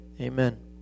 amen